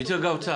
נציג האוצר,